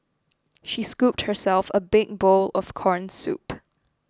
she scooped herself a big bowl of Corn Soup